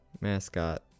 Mascot